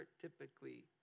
typically